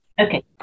Okay